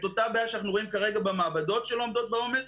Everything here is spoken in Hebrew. אותה בעיה שאנחנו רואים כרגע במעבדות שלא עומדות בעומס,